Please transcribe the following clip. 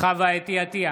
חוה אתי עטייה,